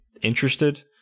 interested